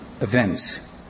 events